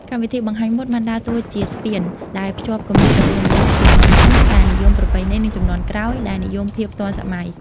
កម្មវិធីបង្ហាញម៉ូដបានដើរតួជាស្ពានដែលភ្ជាប់គម្លាតរវាងមនុស្សជំនាន់មុន ដែលនិយមប្រពៃណី និងជំនាន់ក្រោយ ដែលនិយមភាពទាន់សម័យ។